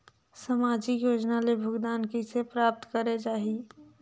समाजिक योजना ले भुगतान कइसे प्राप्त करे जाहि?